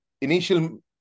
initial